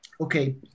okay